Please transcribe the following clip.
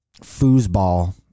foosball